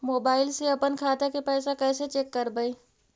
Mobile से अपन खाता के पैसा कैसे चेक करबई?